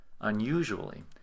unusually